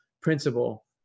Principle